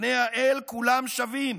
לפני האל כולם שווים.